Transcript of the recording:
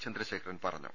ചന്ദ്രശേഖരൻ പറഞ്ഞു